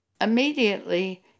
immediately